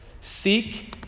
Seek